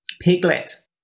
Piglet